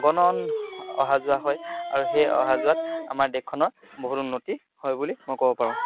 অগণন অহা যোৱা হয় আৰু সেই অহা যোৱাত আমাৰ দেশখনৰ বহুত উন্নতি হয় বুলি মই ক'ব পাৰোঁ